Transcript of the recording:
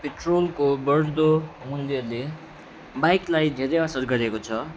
पेट्रोलको बढ्दो मूल्यले बाइकलाई धेरै असर गरेको छ